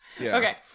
Okay